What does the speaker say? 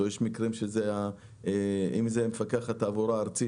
או המפקח על התעבורה הארצי,